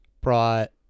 brought